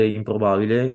improbabile